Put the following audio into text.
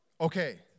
Okay